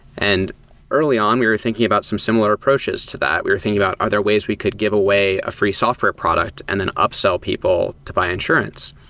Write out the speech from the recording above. and early on, we are thinking about some similar approaches to that. we are thinking about are there ways we could give away a free software product and then upsell people to buy insurance?